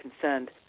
concerned